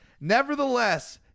Nevertheless